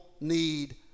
need